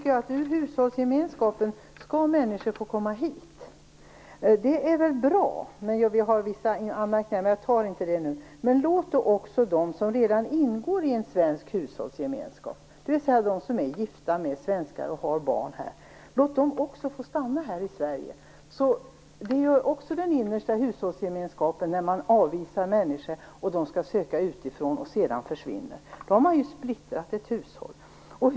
Med hänvisning till hushållsgemenskapen skall människor få komma hit. Det är bra, men vissa anmärkningar har vi. Jag tar dock inte upp dem nu. Men låt då också dem som redan ingår i en svensk hushållsgemenskap, dvs. de som är gifta med svenskar och som har barn här, få stanna i Sverige! Den innersta hushållsgemenskapen berörs ju när människor avvisas. Dessa människor skall söka utifrån och försvinner sedan. Då har ju ett hushåll splittrats.